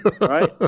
Right